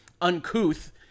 uncouth